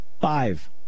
Five